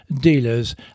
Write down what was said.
dealers